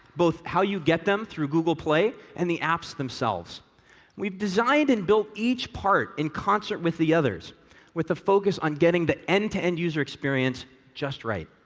both how you get them through google play and the apps themselves we've designed and built each part in concert with the others with a focus on getting the end-to-end user experience just right.